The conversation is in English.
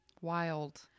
Wild